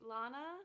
Lana